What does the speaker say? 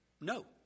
No